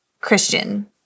Christian